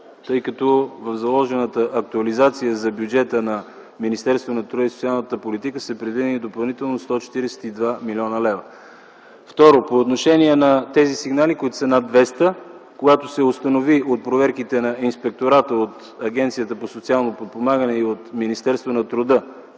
В заложената актуализация за бюджета на Министерството на труда и социалната политика са предвидени допълнително 142 млн. лв. Второ, по отношение на тези сигнали, които са над 200, когато се установи от проверките на Инспектората от Агенцията за социално подпомагане и от Министерството на труда